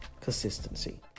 consistency